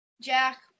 Jack